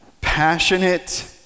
passionate